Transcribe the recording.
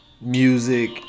music